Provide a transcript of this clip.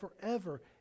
forever